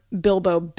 Bilbo